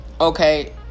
okay